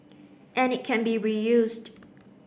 and it can be reused